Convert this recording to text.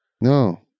no